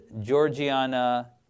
Georgiana